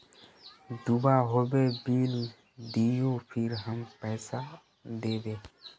दूबा होबे बिल दियो फिर हम पैसा देबे?